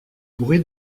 bruit